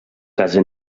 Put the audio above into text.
casa